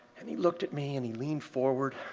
and he looked at me and he leaned forward,